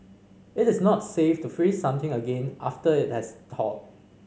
it is not safe to freeze something again after it has thawed